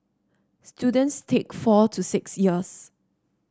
students take four to six years